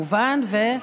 ראש הממשלה, כמובן, וגם?